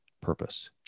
purpose